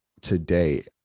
today